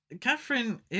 Catherine